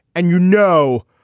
and, you know,